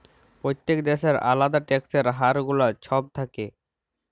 প্যত্তেক দ্যাশের আলেদা ট্যাক্সের হার গুলা ছব থ্যাকে